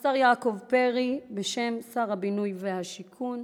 השר יעקב פרי בשם שר הבינוי והשיכון.